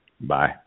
Bye